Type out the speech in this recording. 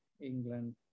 England